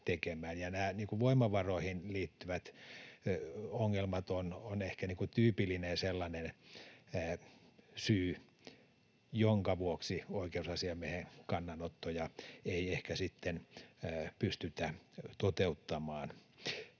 Nämä voimavaroihin liittyvät ongelmat on ehkä tyypillinen sellainen syy, jonka vuoksi oikeusasiamiehen kannanottoja ei ehkä sitten pystytä toteuttamaan.